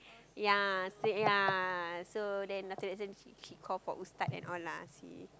ya same ya so then after that then she she call for ustad and all lah she